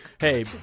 Hey